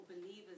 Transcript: believers